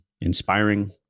inspiring